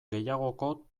gehiagoko